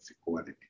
equality